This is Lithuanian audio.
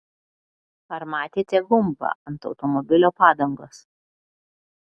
ar matėte gumbą ant automobilio padangos